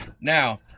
now